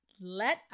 let